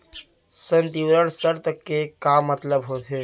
संवितरण शर्त के का मतलब होथे?